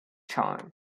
charm